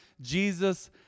Jesus